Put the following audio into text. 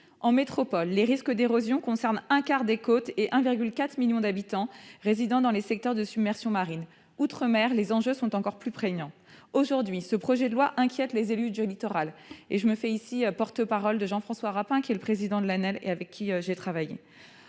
En métropole, les risques d'érosion concernent un quart des côtes et 1,4 million d'habitants résidant dans les secteurs de submersion marine. En outre-mer, les enjeux sont encore plus prégnants. Aujourd'hui, ce projet de loi inquiète les élus du littoral ; je me fais ici la porte-parole de Jean-François Rapin, président de l'Association nationale